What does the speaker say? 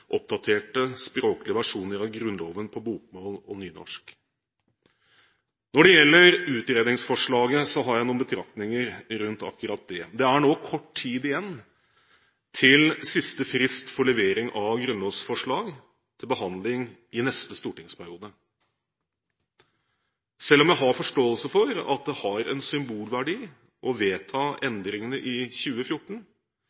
oppdaterte språklige versjoner av Grunnloven på bokmål og nynorsk. Når det gjelder utredningsforslaget, har jeg noen betraktninger rundt akkurat det. Det er nå kort tid igjen til siste frist for levering av grunnlovsforslag til behandling i neste stortingsperiode. Selv om jeg har forståelse for at det har en symbolverdi å vedta